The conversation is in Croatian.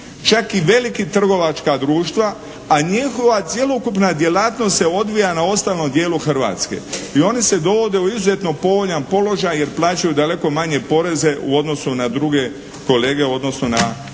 čak i velika trgovačka društva, a njihova cjelokupna djelatnost se odvija na ostalom dijelu Hrvatske i oni se dovode u izuzetno povoljan položaj jer plaćaju daleko manje poreze u odnosu na druge kolege odnosno na